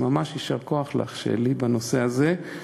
אז ממש יישר כוח לך, שלי, בנושא הזה.